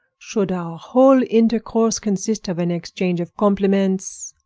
should our whole intercourse consist of an exchange of compliments?